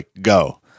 go